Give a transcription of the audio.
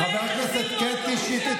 חברת הכנסת קטי שטרית,